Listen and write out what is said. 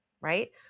right